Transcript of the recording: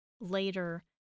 later